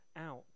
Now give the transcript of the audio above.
out